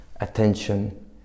attention